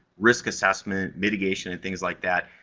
risk assessment, mitigation and things like that.